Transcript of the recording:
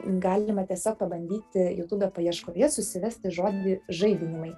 galima tiesiog pabandyti jutube paieškoje susivesti žodį žaidinimai